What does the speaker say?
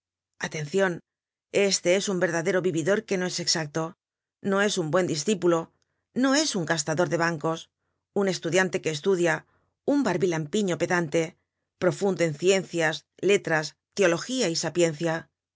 atencion este es un verdadero vividor que no es exacto no es un buen discípulo no es un gastador de bancos un estudiante que estudia un barbilampiño pedante profundo en ciencias letras teología y sapiencia